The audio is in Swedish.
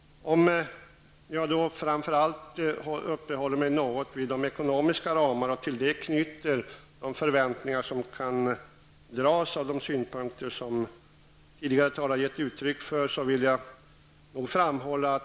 Jag uppehåller mig framför allt vid de ekonomiska ramarna och till dem knyter de förväntningar som kan dras av de synpunkter som tidigare talare har gett uttryck för.